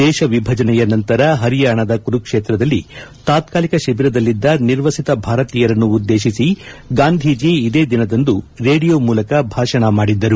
ದೇಶ ವಿಭಜನೆಯ ನಂತರ ಹರಿಯಾಣದ ಕುರುಕ್ಷೇತ್ರದಲ್ಲಿ ತಾತ್ಲಾಲಿಕ ಶಿಬಿರದಲ್ಲಿದ್ದ ನಿರ್ವಸಿತ ಭಾರತೀಯರನ್ನು ಉದ್ದೇಶಿಸಿ ಗಾಂಧೀಜಿ ಇದೇ ದಿನದಂದು ರೇಡಿಯೋ ಮೂಲಕ ಭಾಷಣ ಮಾಡಿದ್ದರು